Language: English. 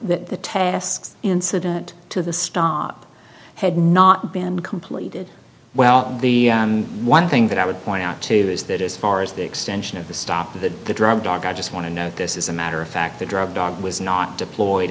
that the tests incident to the stop had not been completed well the one thing that i would point out too is that as far as the extension of the stop to the drug dog i just want to know this is a matter of fact the drug dog was not deployed